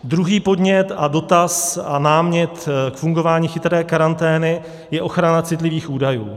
Druhý podnět a dotaz a námět k fungování chytré karantény je ochrana citlivých údajů.